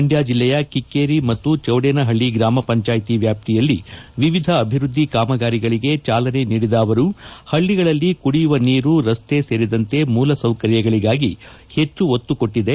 ಮಂಡ್ಕ ಜಿಲ್ಲೆಯ ಕಿಕ್ಕೇರಿ ಮತ್ತು ಚೌಡೇನಹಳ್ಳಿ ಗ್ರಾಮ ಪಂಚಾಯಿತಿ ವ್ಯಾಪ್ತಿಯಲ್ಲಿ ವಿವಿಧ ಅಭಿವೃದ್ಧಿ ಕಾಮಗಾರಿಗಳಿಗೆ ಚಾಲನೆ ನೀಡಿದ ಅವರು ಹಳ್ಳಿಗಳಲ್ಲಿ ಕುಡಿಯುವ ನೀರು ರಸ್ತೆ ಸೇರಿದಂತೆ ಮೂಲಸೌಕರ್ಯಗಳಿಗಾಗಿ ಹೆಚ್ಚು ಒತ್ತು ಕೊಟ್ಟಿದೆ